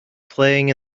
playing